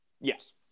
Yes